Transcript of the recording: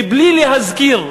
מבלי להזכיר,